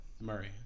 Murray